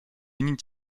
nic